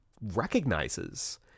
recognizes